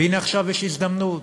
והנה עכשיו יש הזדמנות.